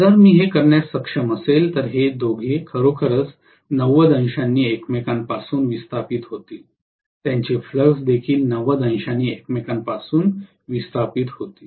जर मी हे करण्यास सक्षम असेल तर हे दोघे खरोखरच 90 अंशांनी एकमेकांपासून विस्थापित होतील त्यांचे फ्लक्स देखील 90 अंशांनी एकमेकांपासून विस्थापित होतील